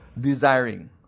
desiring